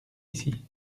ici